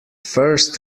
first